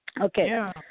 Okay